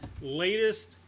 latest